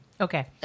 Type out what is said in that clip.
Okay